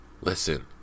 Listen